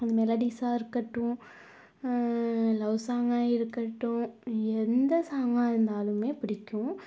மெலோடிஸாக இருக்கட்டும் லவ் சாங்காக இருக்கட்டும் எந்த சாங்காக இருந்தாலுமே பிடிக்கும்